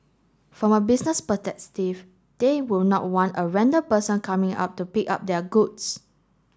from a business they will not want a random person coming up to pick up their goods